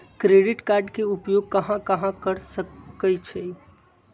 Credit card के उपयोग कहां कहां कर सकईछी?